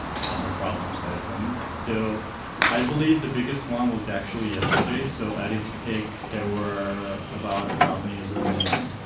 had no problems, i assume. so i believe the biggest one was actually yesterday, so at it's peak, there were about one thousand users online.